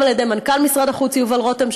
גם על ידי מנכ"ל משרד החוץ יובל רותם,